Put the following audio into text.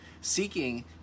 Seeking